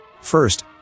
First